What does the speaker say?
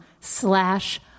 slash